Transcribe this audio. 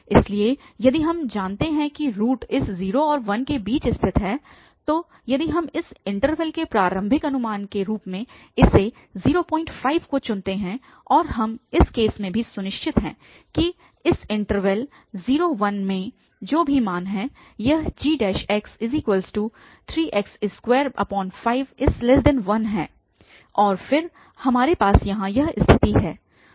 इसलिए यदि हम जानते हैं कि रूट इस 0 और 1 के बीच स्थित है तो यदि हम इस इन्टरवल में प्रारंभिक अनुमान के रूप में इस 05 को चुनते हैं और हम इस केस में भी सुनिश्चित हैं कि इस इन्टरवल 01 में जो भी मान है यह gx3x251 है और फिर हमारे पास यहाँ यह स्थिति है